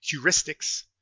heuristics